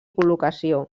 col·locació